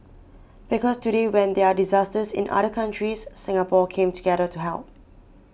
because today when there are disasters in other countries Singapore came together to help